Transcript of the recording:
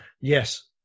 Yes